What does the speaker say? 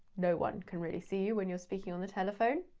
no one can really see you when you're speaking on the telephone.